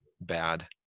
bad